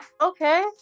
okay